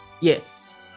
Yes